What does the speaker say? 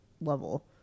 level